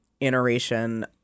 iteration